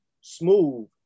smooth